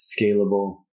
scalable